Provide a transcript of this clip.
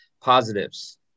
Positives